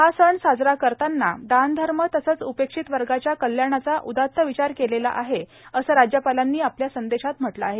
हा सण साजरा करताना दान धर्म तसंच उपेक्षित वर्गाच्या कल्याणाचा उदात विचार केलेला आहे असं राज्यपालांनी आपल्या संदेशात म्हटलं आहे